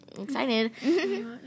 excited